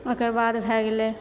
ओकर बाद भए गेलै